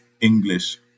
English